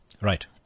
Right